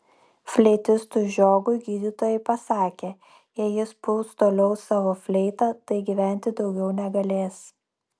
fleitistui žiogui gydytojai pasakė jei jis pūs toliau savo fleitą tai gyventi daugiau negalės